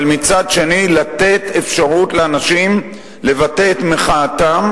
מצד שני לתת אפשרות לאנשים לבטא את מחאתם.